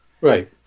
Right